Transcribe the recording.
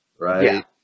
right